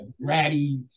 Ratty